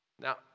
Now